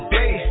day